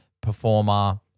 performer